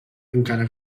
encara